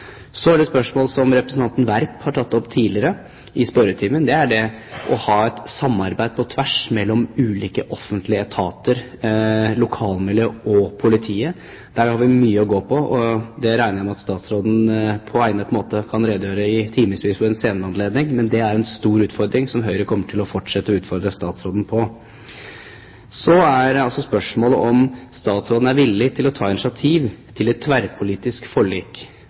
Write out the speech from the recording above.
Så er det spørsmål som representanten Werp har tatt opp tidligere i spørretimen, om å ha et samarbeid på tvers mellom ulike offentlige etater, lokalmiljøet og politiet. Der har vi mye å gå på. Jeg regner med at statsråden på egnet måte kan redegjøre for det i timevis ved en senere anledning, men det er en stor utfordring som Høyre fortsatt kommer til å utfordre statsråden på. Så er det spørsmål om statsråden er villig til å ta initiativ til et tverrpolitisk forlik.